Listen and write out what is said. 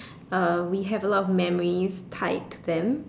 uh we have a lot of memories tied to them